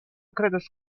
kredas